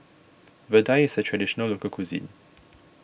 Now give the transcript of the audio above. Vadai is a Traditional Local Cuisine